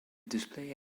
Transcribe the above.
display